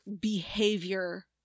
behavior